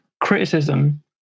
criticism